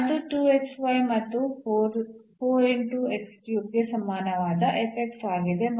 ಅದು ಮತ್ತು ಗೆ ಸಮಾನವಾದ ಆಗಿದೆ